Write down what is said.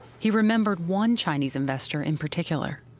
he remembered one chinese investor in particular.